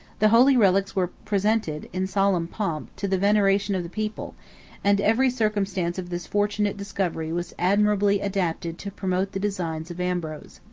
the holy relics were presented, in solemn pomp, to the veneration of the people and every circumstance of this fortunate discovery was admirably adapted to promote the designs of ambrose.